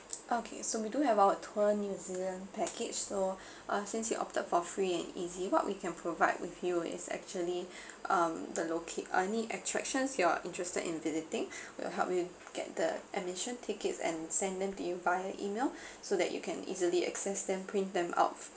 okay so we do have wild wet tour new zealand package so uh since you opted for free and easy what we can provide with you is actually um the locat~ uh I mean attractions you're interested in visiting we'll help you get the admission tickets and send them to you via email so that you can easily access then print them out